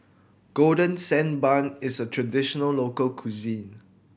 Golden Sand Bun is a traditional local cuisine